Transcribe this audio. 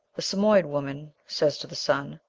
the samoyed woman says to the sun,